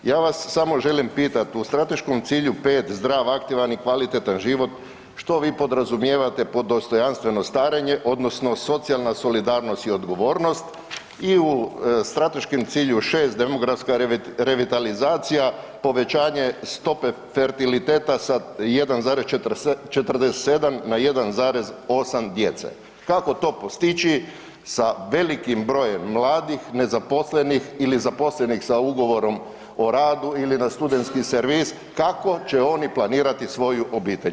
Ja vas samo želim pitati u strateškom cilju 5. Zdrav aktivan i kvalitetan život što vi podrazumijevate pod dostojanstveno starenje odnosno socijalna solidarnost i odgovornost i u strateškom cilju 6. Demografska revitalizacija povećanje stope fertiliteta sa 1,47 na 1,8 djece, kako to postići sa velikim brojem mladih nezaposlenih ili zaposlenih sa ugovorom o radu ili na studentski servis kako će ono planirati svoju obitelj?